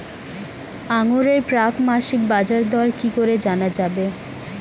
আঙ্গুরের প্রাক মাসিক বাজারদর কি করে জানা যাবে?